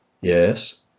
Yes